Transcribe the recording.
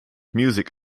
music